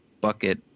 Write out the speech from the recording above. bucket